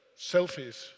selfies